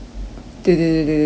对对对对对对对对对